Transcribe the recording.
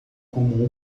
como